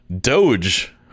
Doge